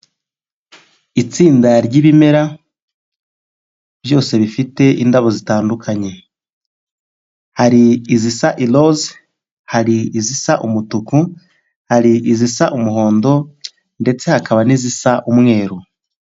Itsinda ry'ibimera byose bifite indabo zitandukanye; hari izisa iroze, hari izisa umutuku, hari izisa umuhondo ndetse hakaba n'izisa umweru.